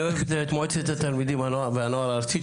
אני אוהבת את מועצת התלמידים והנוער הארצית,